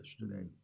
yesterday